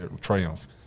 triumph